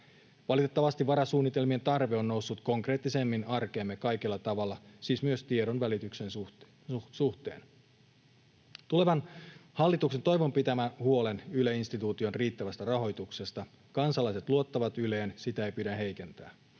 Valitettavasti varasuunnitelmien tarve on noussut konkreettisemmin arkeemme kaikella tavalla, siis myös tiedonvälityksen suhteen. Tulevan hallituksen toivon pitävän huolen Yle-instituution riittävästä rahoituksesta. Kansalaiset luottavat Yleen, sitä ei pidä heikentää.